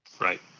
Right